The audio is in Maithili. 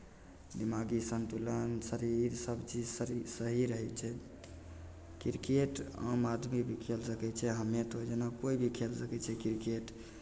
दिमागी सन्तुलन शरीर सभचीज शरीर सही रहै छै क्रिकेट आम आदमी भी खेल सकै छै हमे तोँय जेना कोइ भी खेल सकै छै क्रिकेट